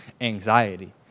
anxiety